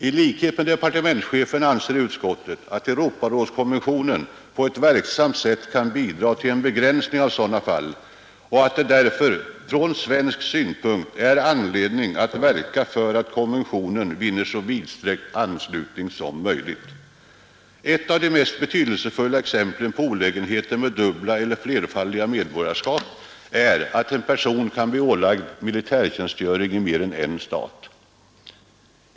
I likhet med departementschefen anser utskottet att Europarådskonventionen på ett verksamt sätt kan bidra till en begränsning av sådana fall och att det därför från svensk synpunkt är anledning att verka för att konventionen vinner så vidsträckt anslutning som möjligt. Ett av de mest betydelsefulla exemplen på olägenheter med dubbla eller flerfaldiga medborgarskap är att en person kan bli ålagd militärtjänstgöring i mer än en stat.